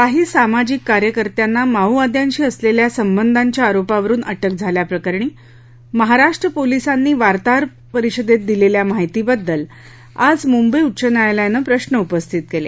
काही सामाजिक कार्यकत्याना माओवाद्यांशी असलेल्या संबधांच्या आरोपावरून अटक झाल्याप्रकरणी महाराष्ट्र पोलिसांनी वार्ताहर परिषदेत दिलेल्या माहितीबद्दल आज मुंबई उच्च न्यायालयानं प्रश्न उपस्थित केले